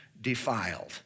defiled